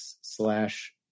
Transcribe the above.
slash